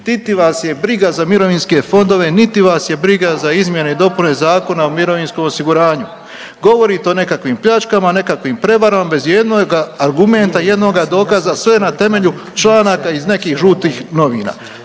niti vas je briga za mirovinske fondove niti vas je briga za izmjene i dopune Zakona o mirovinskom osiguranju. Govorite o nekakvim pljačkama, nekakvim prevarama, bez jednoga argumenta, jednoga dokaza, sve na temelju članaka iz nekih žutih novina.